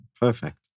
perfect